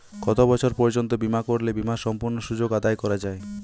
কত বছর পর্যন্ত বিমা করলে বিমার সম্পূর্ণ সুযোগ আদায় করা য়ায়?